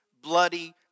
bloody